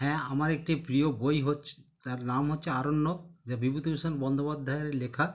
হ্যাঁ আমার একটি প্রিয় বই হচ্ছে তার নাম হচ্ছে আরণ্যক যা বিভূতিভূষণ বন্দ্যোপাধ্যায়ের লেখা